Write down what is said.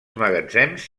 magatzems